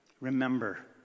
Remember